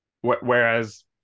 whereas